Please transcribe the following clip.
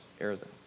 Arizona